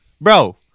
Bro